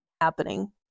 happening